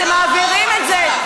אתם מעבירים את זה,